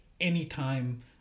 anytime